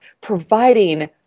providing